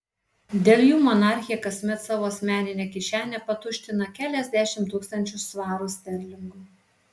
dėl jų monarchė kasmet savo asmeninę kišenę patuština keliasdešimt tūkstančių svarų sterlingų